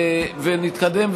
ונתקדם,